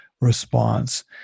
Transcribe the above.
response